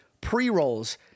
pre-rolls